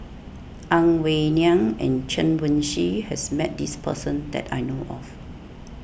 Ang Wei Neng and Chen Wen Hsi has met this person that I know of